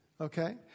Okay